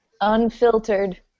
unfiltered